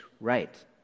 right